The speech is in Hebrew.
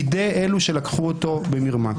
מידי אלה שלקחו אותו במרמה.